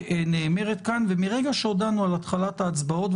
שנאמרת כאן ומרגע שהודענו על התחלת ההצבעות,